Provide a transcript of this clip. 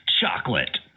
chocolate